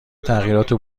تغییرات